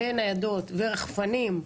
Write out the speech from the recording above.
ניידות ורחפנים,